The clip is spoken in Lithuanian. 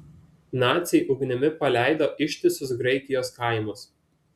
naciai ugnimi paleido ištisus graikijos kaimus